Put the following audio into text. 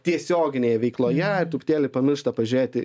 tiesioginėje veikloje truputėlį pamiršta pažiūrėti